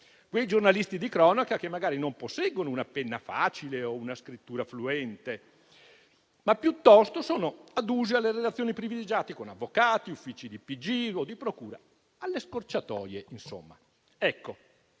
quei giornalisti di cronaca che magari non posseggono una penna facile o una scrittura fluente, ma piuttosto sono adusi alle relazioni privilegiate con avvocati, uffici di polizia giudiziaria, di procura, insomma alle